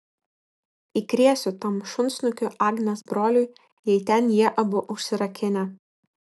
įkrėsiu tam šunsnukiui agnės broliui jei ten jie abu užsirakinę